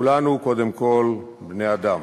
כולנו, קודם כול, בני-אדם.